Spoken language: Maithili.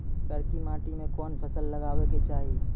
करकी माटी मे कोन फ़सल लगाबै के चाही?